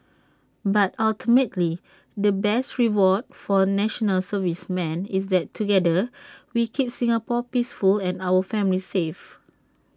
but ultimately the best reward for National Servicemen is that together we keep Singapore peaceful and our families safe